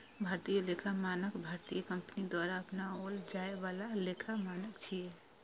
भारतीय लेखा मानक भारतीय कंपनी द्वारा अपनाओल जाए बला लेखा मानक छियै